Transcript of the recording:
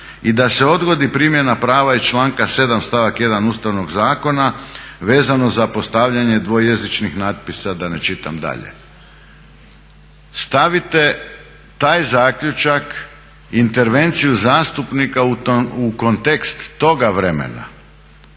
i da se odgodi primjena prava iz članka 7. stavak 1. Ustavnog zakona vezano za postavljanje dvojezičnih natpisa, da ne čitam dalje. Stavite taj zaključak intervenciju zastupnika u kontekst toga vremena,